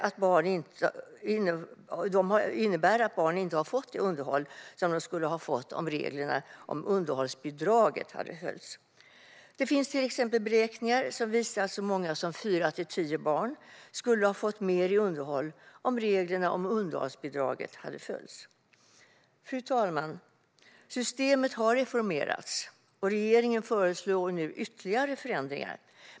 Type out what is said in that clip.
Det innebär att barn inte har fått det underhåll som de skulle ha fått om reglerna om underhållsbidrag hade följts. Det finns till exempel beräkningar som visar att så många som fyra av tio barn skulle ha fått mer i underhåll om reglerna för underhållsbidraget hade följts. Fru talman! Systemet har reformerats, och regeringen föreslår nu ytterligare förändringar.